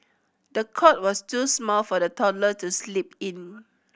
the cot was too small for the toddler to sleep in